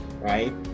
right